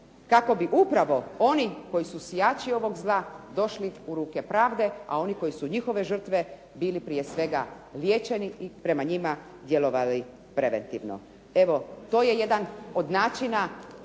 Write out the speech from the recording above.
kako bi upravo oni koji su sijači ovog zla došli u ruke pravde, a oni koji su njihove žrtve bili prije svega liječeni i prema njima djelovali preventivno. Evo, to je jedan od načina